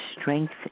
strength